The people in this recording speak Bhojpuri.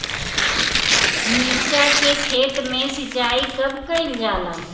मिर्चा के खेत में सिचाई कब कइल जाला?